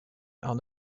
are